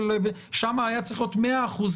שם היה צריך להיות מאה אחוז,